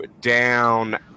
down